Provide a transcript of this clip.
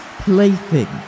plaything